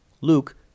Luke